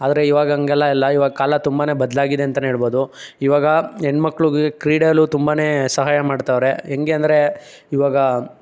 ಆದರೆ ಈವಾಗ ಹಾಗೆಲ್ಲ ಇಲ್ಲ ಈವಾಗ ಕಾಲ ತುಂಬಾ ಬದಲಾಗಿದೆ ಅಂತನೇ ಹೇಳ್ಬೋದು ಈವಾಗ ಹೆಣ್ಮಕ್ಳಿಗೆ ಕ್ರೀಡೆಯಲ್ಲೂ ತುಂಬಾ ಸಹಾಯ ಮಾಡ್ತಾವ್ರೆ ಹೆಂಗೆ ಅಂದರೆ ಈವಾಗ